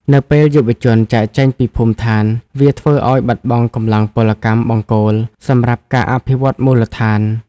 នៅពេលយុវជនចាកចេញពីភូមិដ្ឋាន វាធ្វើឱ្យបាត់បង់កម្លាំងពលកម្មបង្គោលសម្រាប់ការអភិវឌ្ឍមូលដ្ឋាន។